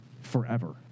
forever